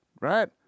right